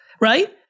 right